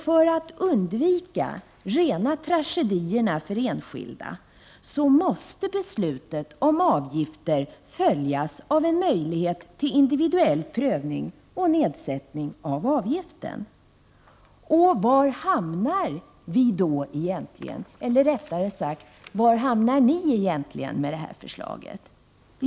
För att undvika rena tragedier för enskilda måste beslutet om avgifter följas av ett beslut om möjligheter till individuell prövning och nedsättning av avgiften. Men var hamnar vi då egentligen? Eller rättare sagt: Var hamnar ni egentligen när det gäller det här förslaget?